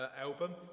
album